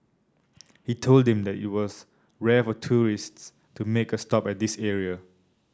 he told them that it was rare for tourists to make a stop at this area